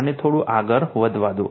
મને થોડું આગળ વધવા દો